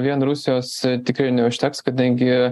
vien rusijos tikrai neužteks kadangi